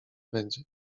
będzie